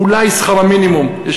אולי שכר המינימום.